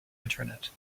internet